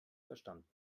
verstanden